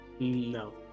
No